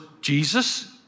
Jesus